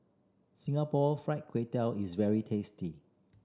Singapore Fried Kway Tiao is very tasty